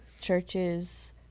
Churches